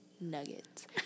nuggets